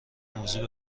موضوع